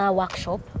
workshop